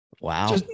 Wow